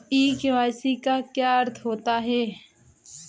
ई KYC का क्या अर्थ होता है?